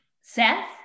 Seth